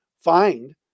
find